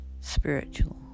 spiritual